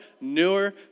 newer